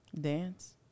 Dance